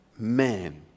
man